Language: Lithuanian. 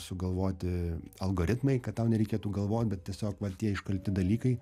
sugalvoti algoritmai kad tau nereikėtų galvot bet tiesiog va tie iškalti dalykai